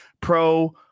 pro-